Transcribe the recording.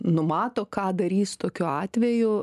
numato ką darys tokiu atveju